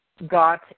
got